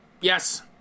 yes